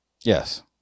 Yes